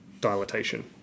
dilatation